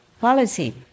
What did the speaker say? policy